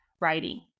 writing